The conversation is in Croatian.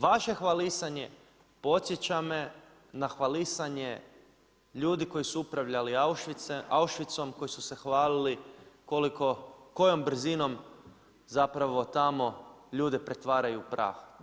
Vaše hvalisanje podsjeća me na hvalisanje ljudi koji su upravljali Auschwitzom koji su se hvalili koliko kojom brzinom zapravo tamo ljude pretvaraju u prah.